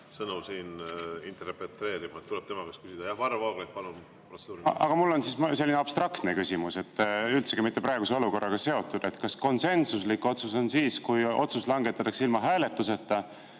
sõnu siin interpreteerima. Tuleb tema käest küsida. Jah, Varro Vooglaid, palun! Aga mul on siis selline abstraktne küsimus, üldsegi mitte praeguse olukorraga seotud. Kas konsensuslik otsus on siis, kui otsus langetatakse ilma hääletuseta,